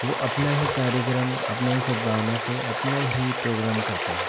वो अपना ही कार्यक्रम अपना ही सद्भावना से अपना ही प्रोग्राम करते हैं